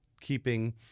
keeping